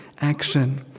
action